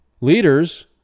leaders